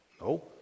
No